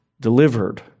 delivered